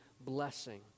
blessing